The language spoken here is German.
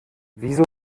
wieso